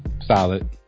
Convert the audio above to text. Solid